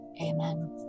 amen